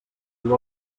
diu